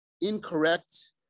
incorrect